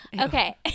okay